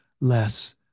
less